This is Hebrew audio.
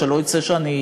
שלא יצא שאני,